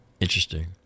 Interesting